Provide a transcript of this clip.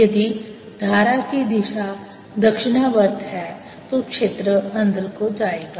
यदि धारा की दिशा दक्षिणावर्त है तो क्षेत्र अंदर को जाएगा